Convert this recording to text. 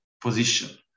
position